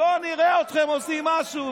בואו נראה אתכם עושים משהו,